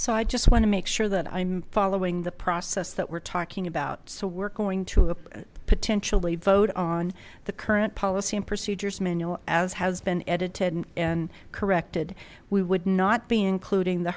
so i just want to make sure that i'm following the process that we're talking about so we're going to potentially vote on the current policy and procedures manual as has been edited and corrected we would not be including the